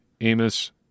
Amos